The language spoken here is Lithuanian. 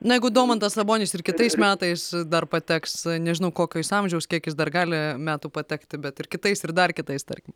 na jeigu domantas sabonis ir kitais metais dar pateks nežinau kokio jis amžiaus kiek jis dar gali metų patekti bet ir kitais ir dar kitais tarkim